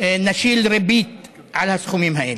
הסכומים ונשית ריבית על הסכומים האלה.